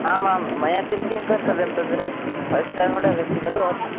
आमां मया किं किं कर्तव्यं तत्र फ़स्ट् अस्ति खलु भवताम्